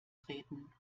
treten